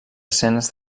escenes